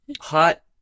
Hot